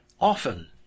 Often